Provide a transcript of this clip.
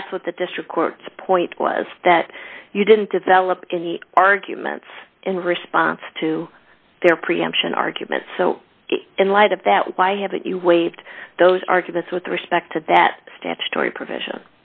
that's what the district court's point was that you didn't develop arguments in response to their preemption argument in light of that why haven't you waived those arguments with respect to that statutory pr